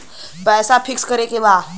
पैसा पिक्स करके बा?